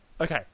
okay